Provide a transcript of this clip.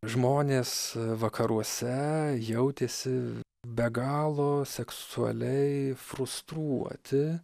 žmonės vakaruose jautėsi be galo seksualiai frustruoti